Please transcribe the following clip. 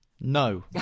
no